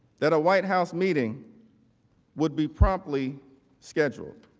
that a white house meeting would be promptly scheduled.